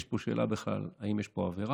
יש פה שאלה בכלל אם יש פה עבירה,